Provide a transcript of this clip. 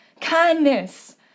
Kindness